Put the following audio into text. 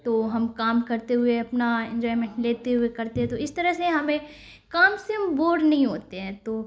تو ہم کام کرتے ہوئے اپنا انجوائمنٹ لیتے ہوئے کرتے ہو تو اس طرح سے ہمیں کام سے ہم بور نہیں ہوتے ہیں تو